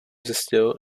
zjistil